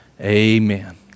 amen